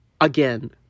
again